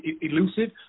elusive